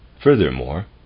Furthermore